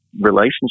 relationship